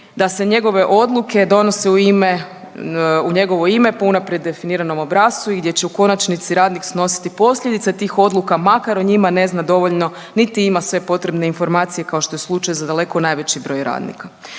da se njegove odluke donose u ime, u njegovo ime po unaprijed definiranom obrascu i gdje će u konačnici radnik snositi posljedice tih odluka makar o njima ne zna dovoljno, niti ima sve potrebne informacije kao što je slučaj za daleko najveći broj radnika.